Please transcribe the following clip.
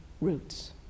roots